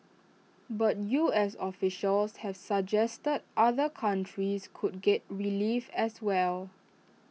but U S officials have suggested other countries could get relief as well